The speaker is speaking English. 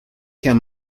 care